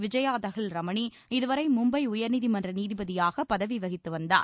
விஜயா தஹில் ரமணி இதுவரை மும்பை உயர்நீதிமன்ற நீதிபதியாக பதவி வகித்து வந்தார்